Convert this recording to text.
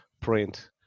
print